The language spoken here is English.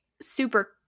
super